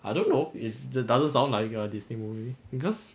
I don't know it the doesn't sound like a disney movie because